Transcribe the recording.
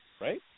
right